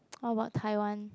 what about Taiwan